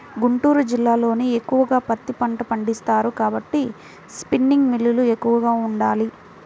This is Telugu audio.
గుంటూరు జిల్లాలోనే ఎక్కువగా పత్తి పంట పండిస్తారు కాబట్టి స్పిన్నింగ్ మిల్లులు ఎక్కువగా ఉండాలి